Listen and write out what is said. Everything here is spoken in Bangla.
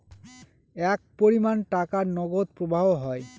এক পরিমান টাকার নগদ প্রবাহ হয়